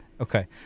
Okay